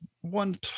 one